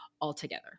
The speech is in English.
altogether